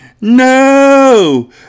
No